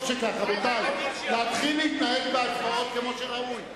רבותי, להתחיל להתנהג בהצבעות כמו שראוי.